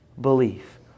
belief